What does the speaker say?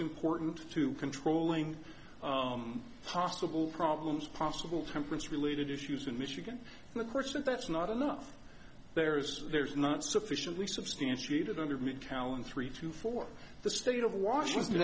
important to controlling the possible problems possible temperance related issues in michigan and the courts and that's not enough there's there's not sufficiently substantiated over macallan three to four the state of washington